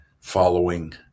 following